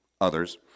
others